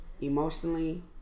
Emotionally